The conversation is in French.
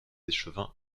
échevins